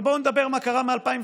אבל בואו נדבר על מה שקרה מ-2009.